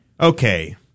Okay